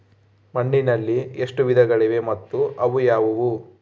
ಮಣ್ಣಿನಲ್ಲಿ ಎಷ್ಟು ವಿಧಗಳಿವೆ ಮತ್ತು ಅವು ಯಾವುವು?